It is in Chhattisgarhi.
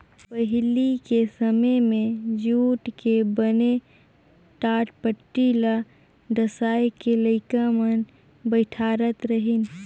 पहिली के समें मे जूट के बने टाटपटटी ल डसाए के लइका मन बइठारत रहिन